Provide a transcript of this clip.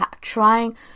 trying